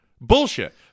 Bullshit